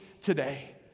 today